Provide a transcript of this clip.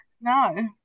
no